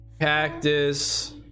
cactus